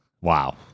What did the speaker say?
Wow